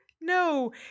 no